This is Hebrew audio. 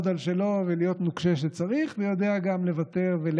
לקחו אותם בשביל